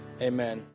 amen